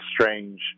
strange